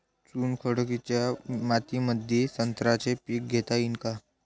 चुनखडीच्या मातीमंदी संत्र्याचे पीक घेता येईन का?